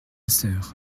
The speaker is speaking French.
sœur